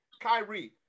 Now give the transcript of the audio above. Kyrie